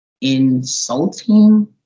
insulting